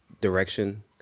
direction